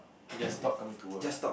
you just stop coming to work ah